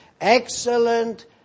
excellent